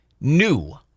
new